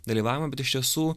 dalyvavimą bet iš tiesų